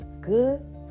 good